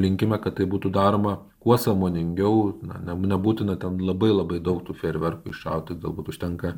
linkime kad tai būtų daroma kuo sąmoningiau na ne nebūtina ten labai labai daug tų fejerverkų iššauti galbūt užtenka